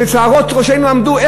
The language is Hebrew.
ששערות ראשנו עמדו,